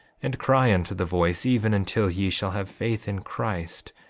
and cry unto the voice, even until ye shall have faith in christ,